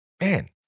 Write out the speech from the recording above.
Man